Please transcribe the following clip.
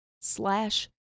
slash